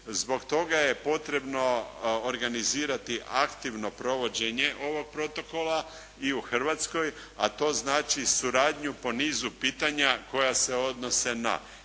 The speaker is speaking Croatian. Zbog toga je potrebno organizirati aktivno provođenje ovog protokola i u Hrvatskoj a to znači suradnju po nizu pitanja koja se odnose na